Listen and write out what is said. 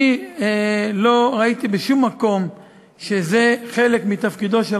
אני לא ראיתי בשום מקום שזה חלק מתפקידו של